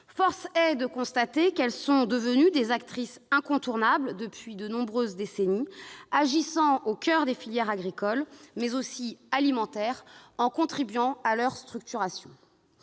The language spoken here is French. Force est de constater qu'elles sont devenues des actrices incontournables depuis de nombreuses décennies, agissant au coeur des filières agricoles, mais aussi alimentaires, et contribuant à leur structuration.